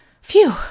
Phew